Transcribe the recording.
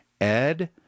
ed